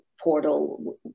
portal